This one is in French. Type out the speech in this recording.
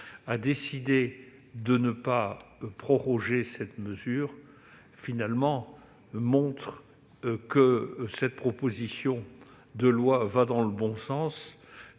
ait décidé de ne pas proroger cette mesure montre que cette proposition de loi va dans le bon sens.